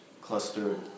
cluster